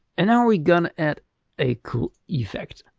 and now we're gonna add a cool effect,